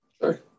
Sure